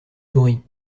souris